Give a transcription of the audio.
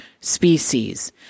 species